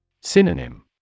Synonym